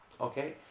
okay